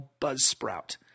Buzzsprout